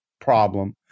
problem